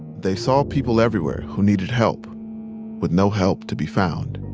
they saw people everywhere who needed help with no help to be found.